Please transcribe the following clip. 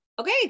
okay